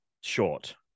Short